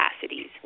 capacities